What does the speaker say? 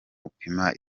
upima